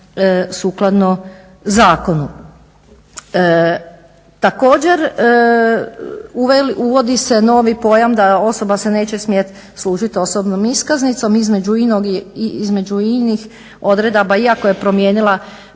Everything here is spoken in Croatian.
sukladno zakonu. Također, uvodi se novi pojam da osoba se neće smjeti služit osobnom iskaznicom između inih odredaba iako je promijenila